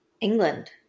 England